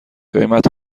قیمت